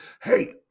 Hey